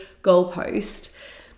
goalpost